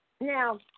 Now